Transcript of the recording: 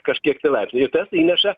kažkiek tai laipsnių ir tas įneša